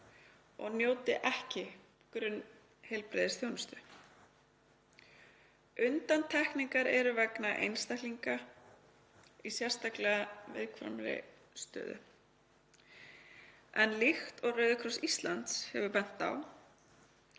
og njóti ekki grunnheilbrigðisþjónustu. Undantekningar eru vegna einstaklinga í sérstaklega viðkvæmri stöðu, en líkt og Rauði krossinn á Íslandi hefur bent á